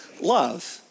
love